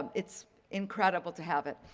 it's incredible to have it.